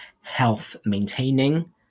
health-maintaining